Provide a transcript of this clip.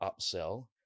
upsell